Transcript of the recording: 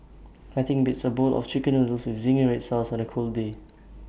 nothing beats A bowl of Chicken Noodles with Zingy Red Sauce on A cold day